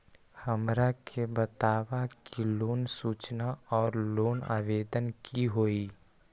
हमरा के बताव कि लोन सूचना और लोन आवेदन की होई?